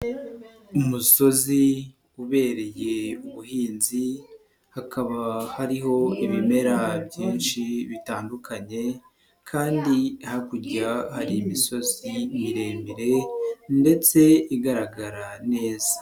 Umusozi ubereye ubuhinzi hakaba hariho ibimera byinshi bitandukanye kandi hakurya hari imisozi miremire ndetse igaragara neza.